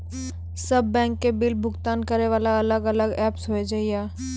सब बैंक के बिल भुगतान करे वाला अलग अलग ऐप्स होय छै यो?